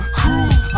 cruise